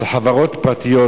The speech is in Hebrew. של חברות פרטיות.